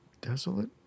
Desolate